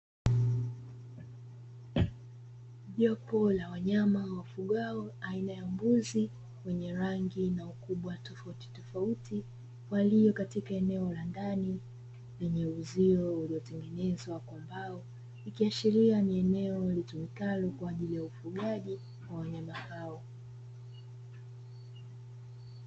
Jopo la wanyama wafugwao aina ya mbuzi wenye rangi na ukubwa tofautitofauti walio katika eneo la ndani lenye uzio uliotengenezwa kwa mbao ikiashiria ni eneo litumikalo kwa ajili ya ufugaji wa wanyama hao.